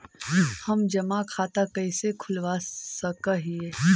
हम जमा खाता कैसे खुलवा सक ही?